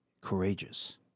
courageous